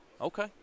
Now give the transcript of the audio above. Okay